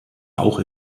auch